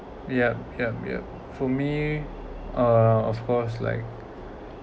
yup yup yup for me uh of course like